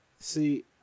See